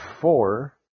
four